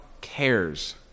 cares